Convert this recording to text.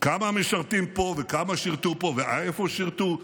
כמה משרתים פה וכמה שירתו פה ואיפה שירתו,